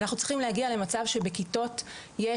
אנחנו צריכים להגיע למצב שבכיתות יהיה